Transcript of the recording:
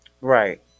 right